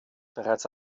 bereits